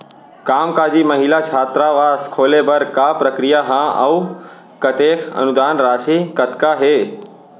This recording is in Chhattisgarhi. कामकाजी महिला छात्रावास खोले बर का प्रक्रिया ह अऊ कतेक अनुदान राशि कतका हे?